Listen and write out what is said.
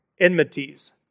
enmities